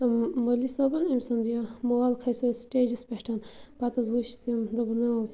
مولوی صٲبَن أمۍ سُنٛد یہِ مول کھَسہِ آز سِٹیجَس پٮ۪ٹھ پَتہٕ حظ وٕچھ تٔمۍ دوٚپُن او